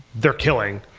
they're killing.